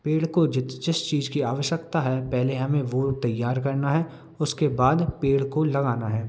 पेड़ को जिस चीज की आवश्यकता है पहले हमें वो तैयार करना है उसके बाद पेड़ को लगाना है